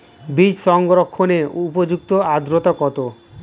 বীজ সংরক্ষণের উপযুক্ত আদ্রতা কত?